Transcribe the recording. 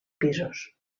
pisos